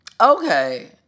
okay